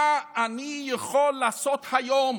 מה אני יכול לעשות היום